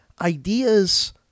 ideas